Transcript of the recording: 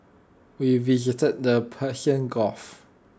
we visited the Persian gulf